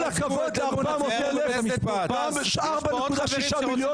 עם כל הכבוד ל-400 אלף - יש 4.6 מיליון